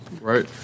Right